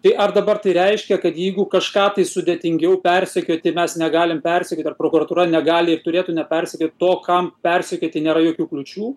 tai ar dabar tai reiškia kad jeigu kažką tai sudėtingiau persekioti mes negalim persekioti ar prokuratūra negali ir turėtų nepersekiot to kam persekioti nėra jokių kliūčių